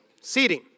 Seating